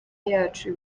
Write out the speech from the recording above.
yacu